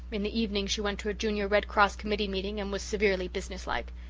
in the evening she went to a junior red cross committee meeting and was severely businesslike.